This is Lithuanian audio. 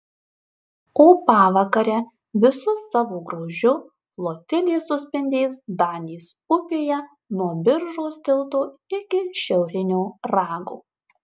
o pavakare visu savo grožiu flotilė suspindės danės upėje nuo biržos tilto iki šiaurinio rago